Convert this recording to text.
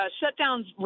shutdowns